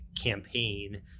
campaign